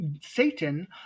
satan